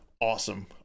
awesome